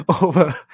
over